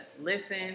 listen